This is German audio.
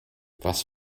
was